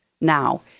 now